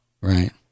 Right